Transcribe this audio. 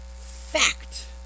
Fact